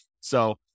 So-